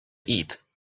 eat